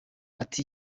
ati